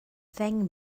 ddeng